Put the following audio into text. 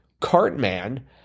Cartman